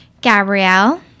Gabrielle